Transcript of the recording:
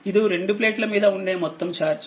ఇది రెండు ప్లేట్ల మీద ఉండే మొత్తం ఛార్జ్